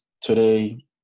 Today